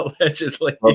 Allegedly